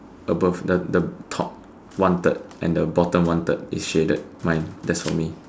above the the top one third and the bottom one third is shaded mine that's for me